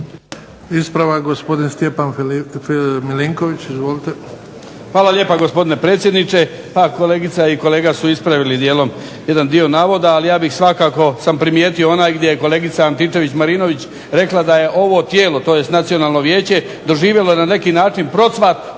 Ispravak, gospodin Stjepan Milinković. Izvolite. **Milinković, Stjepan (HDZ)** Hvala lijepa gospodine predsjedniče. Pa kolegica i kolega su ispravili dijelom jedan dio navoda, ali ja bih svakako sam primijetio onaj gdje je kolegica Antičević-Marinović rekla da je ovo tijelo tj. Nacionalno vijeće doživjelo je na neki način procvat